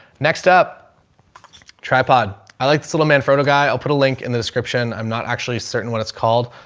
next up tripod. i like this little manfrotto guy. i'll put a link in the description. i'm not actually certain what it's called,